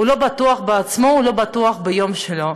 הוא לא בטוח בעצמו, הוא לא בטוח ביום שלו.